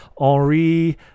Henri